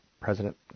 President